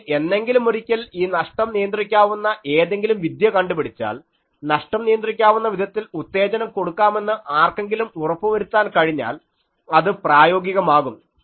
പക്ഷേ എന്നെങ്കിലുമൊരിക്കൽ ഈ നഷ്ടം നിയന്ത്രിക്കാവുന്ന ഏതെങ്കിലും വിദ്യ കണ്ടുപിടിച്ചാൽ നഷ്ടം നിയന്ത്രിക്കാവുന്ന വിധത്തിൽ ഉത്തേജനം കൊടുക്കാമെന്ന് ആർക്കെങ്കിലും ഉറപ്പുവരുത്തുവാൻ കഴിഞ്ഞാൽ ഇത് പ്രായോഗികമാകും